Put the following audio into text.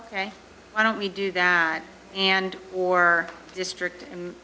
ok why don't we do that and or district and